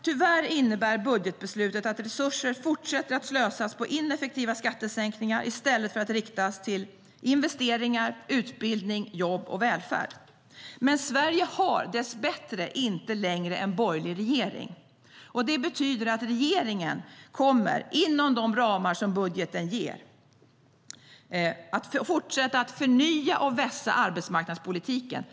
Tyvärr innebär budgetbeslutet att resurser fortsätter att slösas på ineffektiva skattesänkningar i stället för att riktas till investeringar, utbildning, jobb och välfärd. Men Sverige har dessbättre inte längre en borgerlig regering. Det betyder att regeringen inom de ramar som budgeten ger kommer att fortsätta förnya och vässa arbetsmarknadspolitiken.